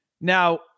Now